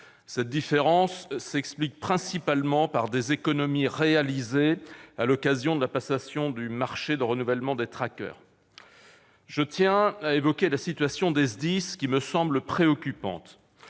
Cette différence s'explique principalement par des économies réalisées à l'occasion de la passation du marché de renouvellement des Tracker. Je tiens à évoquer la situation des services